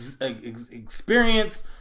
experienced